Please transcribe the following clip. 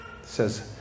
says